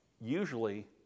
usually